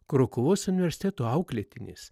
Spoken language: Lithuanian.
krokuvos universiteto auklėtinis